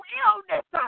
illness